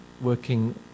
working